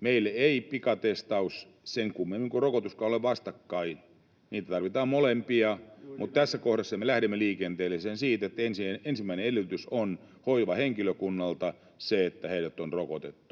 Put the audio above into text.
Meille eivät pikatestaus sen kummemmin kuin rokotuskaan ole vastakkain, vaan niitä tarvitaan molempia, mutta tässä kohdassa me lähdemme liikenteeseen siitä, että ensimmäinen edellytys on hoivahenkilökunnalta se, että heidät on rokotettu.